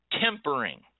tempering